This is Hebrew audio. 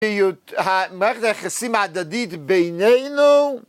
‫היות... אה... ‫מערכת היחסים ההדדית בינינו?